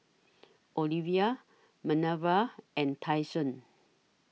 Olivia Manerva and Tyson